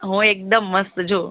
હું એકદમ મસ્ત જો